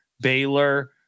Baylor